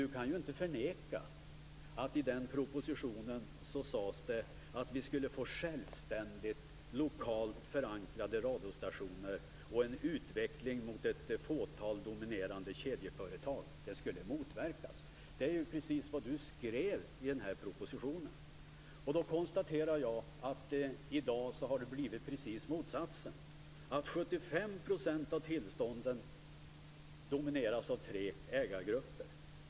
Du kan inte förneka att i den propositionen sades det att vi skulle få självständigt, lokalt förankrade radiostationer och en utveckling mot ett fåtal dominerande kedjeföretag. Detta skulle motverkas. Det var precis vad du skrev i propositionen. Jag konstaterar att det i dag har blivit precis motsatsen. 75 % av tillstånden domineras av tre ägargrupper.